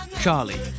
Charlie